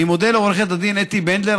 אני מודה לעורכת הדין אתי בנדלר,